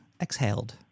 exhaled